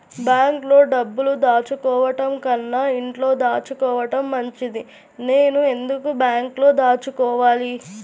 బ్యాంక్లో డబ్బులు దాచుకోవటంకన్నా ఇంట్లో దాచుకోవటం మంచిది నేను ఎందుకు బ్యాంక్లో దాచుకోవాలి?